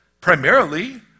primarily